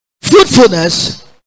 fruitfulness